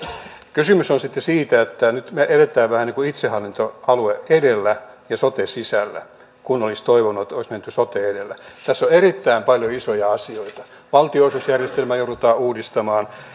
kysymys on sitten siitä että nyt me elämme vähän niin kuin itsehallintoalue edellä ja sote sisällä kun olisi toivonut että olisi menty sote edellä tässä on erittäin paljon isoja asioita valtionosuusjärjestelmä joudutaan uudistamaan